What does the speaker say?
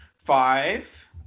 Five